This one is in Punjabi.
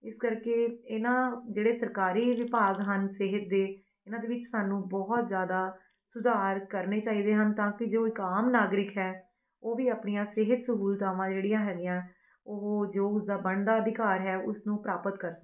ਇਸ ਕਰਕੇ ਇਹਨਾਂ ਜਿਹੜੇ ਸਰਕਾਰੀ ਵਿਭਾਗ ਹਨ ਸਿਹਤ ਦੇ ਇਹਨਾਂ ਦੇ ਵਿੱਚ ਸਾਨੂੰ ਬਹੁਤ ਜ਼ਿਆਦਾ ਸੁਧਾਰ ਕਰਨੇ ਚਾਹੀਦੇ ਹਨ ਤਾਂ ਕਿ ਜੋ ਇੱਕ ਆਮ ਨਾਗਰਿਕ ਹੈ ਉਹ ਵੀ ਆਪਣੀਆਂ ਸਿਹਤ ਸਹੂਲਤਾਵਾਂ ਜਿਹੜੀਆਂ ਹੈਗੀਆਂ ਉਹ ਜੋ ਉਸਦਾ ਬਣਦਾ ਅਧਿਕਾਰ ਹੈ ਉਸਨੂੰ ਪ੍ਰਾਪਤ ਕਰ ਸਕੇ